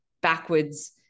backwards